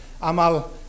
Amal